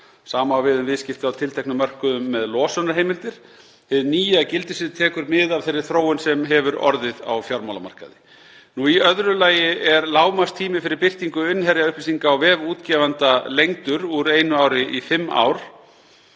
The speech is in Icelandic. Sama á við um viðskipti á tilteknum mörkuðum með losunarheimildir. Hið nýja gildissvið tekur mið af þeirri þróun sem hefur orðið á fjármálamarkaði. Í öðru lagi er lágmarkstími fyrir birtingu innherjaupplýsinga á vef útgefanda lengdur úr einu ári í fimm ár.